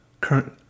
current